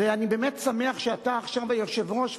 ואני באמת שמח שאתה עכשיו היושב-ראש,